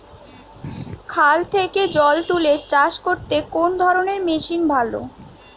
খাল থেকে জল তুলে চাষ করতে কোন ধরনের মেশিন ভালো?